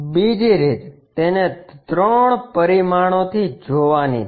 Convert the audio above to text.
બીજી રીત તેને ત્રણ પરિમાણોથી જોવાની છે